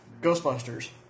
Ghostbusters